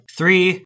Three